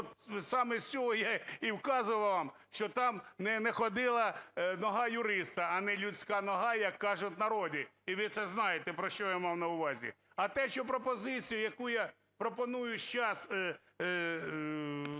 саме з цього я і вказував вам, що там "не ходила нога юриста", а не людська нога, як кажуть в народі, і ви це знаєте, про що я мав на увазі. А те, що пропозицію, яку я пропоную сейчас